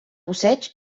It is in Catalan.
busseig